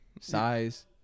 size